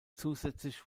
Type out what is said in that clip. zusätzlich